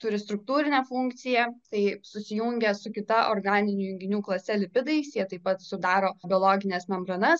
turi struktūrinę funkciją tai susijungia su kita organinių junginių klase lipidais jie taip pat sudaro biologines membranas